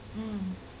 mm